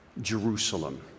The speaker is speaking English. Jerusalem